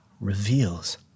reveals